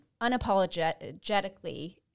unapologetically